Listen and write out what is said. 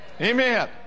Amen